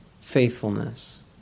faithfulness